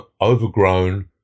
overgrown